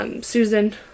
Susan